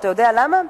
אתה יודע למה?